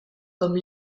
comme